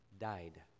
died